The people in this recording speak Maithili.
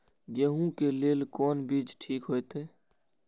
गेहूं के लेल कोन बीज ठीक होते?